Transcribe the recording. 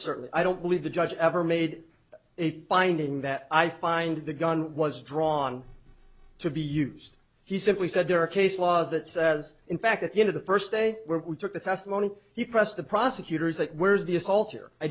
certainly i don't believe the judge ever made a finding that i find the gun was drawn to be used he simply said there are case laws that says in fact at the end of the first day where we took the testimony he pressed the prosecutors like where's the